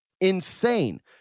Insane